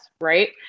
right